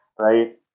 right